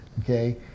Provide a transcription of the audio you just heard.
Okay